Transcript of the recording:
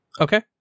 Okay